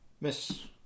Miss